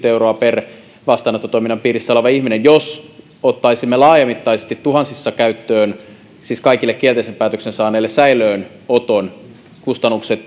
euroa per vastaanottotoiminnan piirissä oleva ihminen niin jos ottaisimme käyttöön laajamittaisesti tuhansissa siis kaikille kielteisen päätöksen saaneille säilöönoton kustannukset